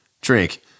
drink